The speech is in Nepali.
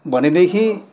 भनेदेखि